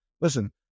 listen